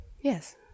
Yes